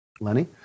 Lenny